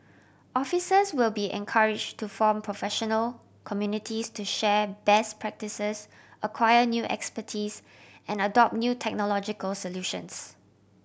officers will be encouraged to form professional communities to share best practices acquire new expertise and adopt new technological solutions